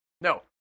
no